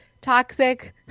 toxic